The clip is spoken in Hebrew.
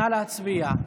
נא להצביע.